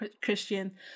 Christian